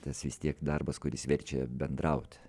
tas vis tiek darbas kuris verčia bendraut